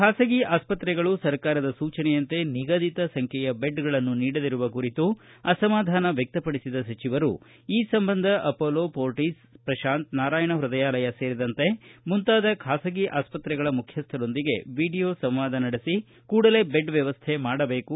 ಖಾಸಗಿ ಆಸ್ಪತ್ರೆಗಳು ಸರಕಾರದ ಸೂಚನೆಯಂತೆ ನಿಗದಿತ ಸಂಖ್ಡೆಯ ಬೆಡ್ ಗಳನ್ನು ನೀಡದಿರುವ ಕುರಿತು ಅಸಮಾಧಾನ ವ್ಯಕ್ತಪಡಿಸಿದ ಸಚಿವರು ಈ ಸಂಬಂಧ ಅಪೋಲೋ ಫೋರ್ಟಸ್ ಪ್ರಶಾಂತ್ ನಾರಾಯಣ ಪ್ಯದಯಾಲಯ ಸೇರಿದಂತೆ ಮುಂತಾದ ಖಾಸಗಿ ಆಸ್ಪತ್ರೆಗಳ ಮುಖ್ಯಸ್ಥರೊಂದಿಗೆ ವಿಡಿಯೋ ಸಂವಾದ ನಡೆಸಿ ಕೂಡಲೇ ಬೆಡ್ ವ್ಯವಸ್ಥೆ ಮಾಡಬೇಕು